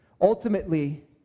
Ultimately